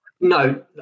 No